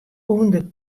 ûnder